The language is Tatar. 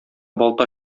балта